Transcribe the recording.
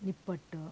ನಿಪ್ಪಟ್ಟು